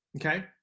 Okay